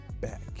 back